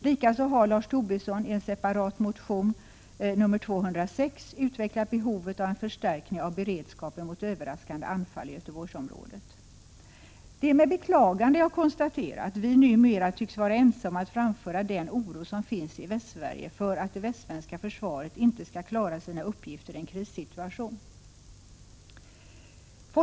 Likaså har Lars Tobisson i en separat motion, 1986 87:133 om att framföra den oro som finns i Västsverige för att det västsvenska ljuni 1987 försvaret inte skall klara sina uppgifter i en krissituation.